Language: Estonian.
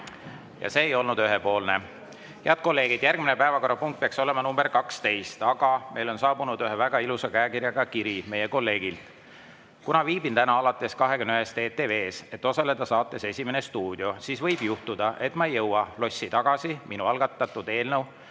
Ja see ei olnud ühepoolne. Head kolleegid, järgmine päevakorrapunkt peaks olema nr 12, aga meile on saabunud ühe väga ilusa käekirjaga kiri meie kolleegilt: "Kuna viibin täna alates 21-st ETV-s, et osaleda saates "Esimene stuudio", siis võib juhtuda, et ma ei jõua lossi tagasi minu algatatud eelnõu